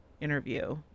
interview